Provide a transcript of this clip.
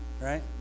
Right